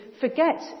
forget